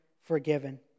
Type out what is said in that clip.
forgiven